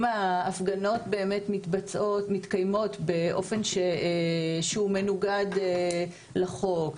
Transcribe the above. ההפגנות באמת מתקיימות באופן שהוא מנוגד לחוק,